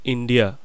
India